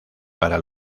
para